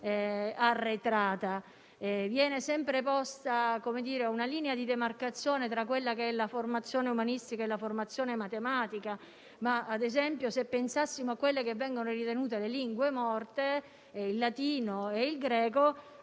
Viene sempre posta una linea di demarcazione tra la formazione umanistica e la formazione matematica, ma basta pensare a quelle che vengono ritenute le lingue morte, il latino e il greco,